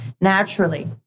naturally